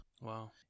wow